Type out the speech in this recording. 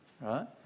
Right